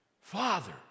Father